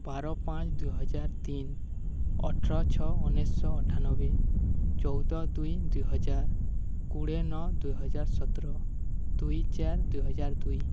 ବାର ପାଞ୍ଚ ଦୁଇହଜାର ତିନ ଅଠର ଛଅ ଉଣେଇଶହ ଅଠାନବେ ଚଉଦ ଦୁଇ ଦୁଇହଜାର କୁଡ଼ିଏ ନଅ ଦୁଇହଜାର ସତର ଦୁଇ ଚାର ଦୁଇହଜାର ଦୁଇ